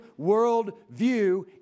worldview